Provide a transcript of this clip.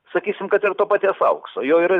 sakysim kad ir to paties aukso jo yra